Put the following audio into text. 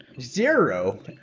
Zero